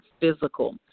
physical